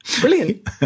Brilliant